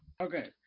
Okay